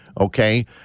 okay